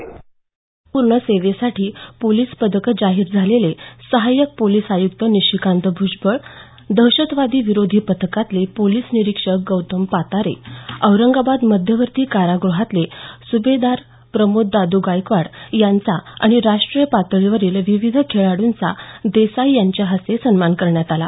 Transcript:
यावेळी गुणवत्तापूर्ण सेवेसाठी पोलिस पदक जाहीर झालेले सहायक पोलिस आयुक्त निशिकांत भुजबळ दहशतवाद विरोधी पथकातले पोलिस निरीक्षक गौतम पातारे औरंगाबाद मध्यवर्ती काराग्रहातले सुभेदार प्रमोद दाद् गायकवाड यांचा आणि राष्ट्रीय पातळीवरील विविध खेळाडूंचा देसाई यांच्या हस्ते सन्मान करण्यात आला